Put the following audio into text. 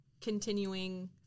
continuing